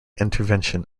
intervention